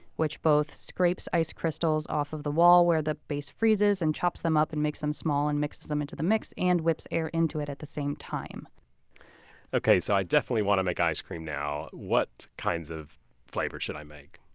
which both scrapes ice crystals off the wall where the base freezes and chops them up and makes them small and mixes them into the mix and whips air into it at the same time so i definitely want to make ice cream now. what kinds of flavors should i make?